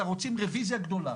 אלא רוצים רביזיה גדולה.